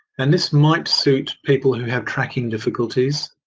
and this might suit people who have tracking difficulties.